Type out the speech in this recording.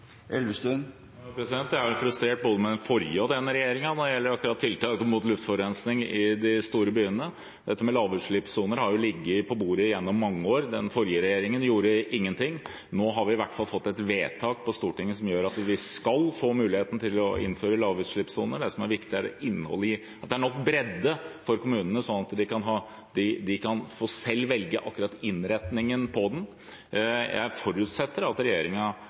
Jeg er frustrert av både den forrige og denne regjeringen når det gjelder tiltak mot luftforurensing i de store byene. Dette med lavutslippssoner har ligget på bordet i mange år. Den forrige regjeringen gjorde ingenting. Nå har vi i hvert fall fått et vedtak på Stortinget om at vi skal få muligheten til å innføre lavutslippssoner. Det som er viktig, er at det er nok bredde for kommunene, slik at de selv kan velge innretningen på den. Jeg forutsetter at regjeringen faktisk leverer denne saken. Jeg la merke til at